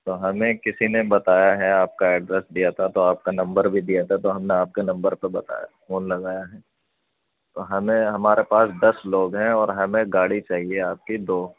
تو ہمیں کسی نے بتایا ہے آپ کا ایڈریس دیا تھا تو آپ کا نمبر بھی دیا تھا تو ہم نے آپ کے نمبر پہ بتایا فون لگایا ہے تو ہمیں ہمارے پاس دس لوگ ہیں اور ہمیں گاڑی چاہیے آپ کی دو